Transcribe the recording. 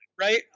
Right